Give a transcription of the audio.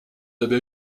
avez